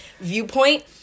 viewpoint